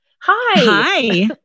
Hi